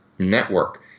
Network